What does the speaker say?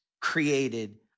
created